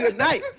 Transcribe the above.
but night.